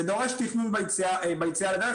זה דורש תכנון ביציאה לדרך.